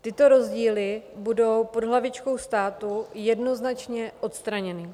Tyto rozdíly budou pod hlavičkou státu jednoznačně odstraněny.